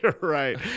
Right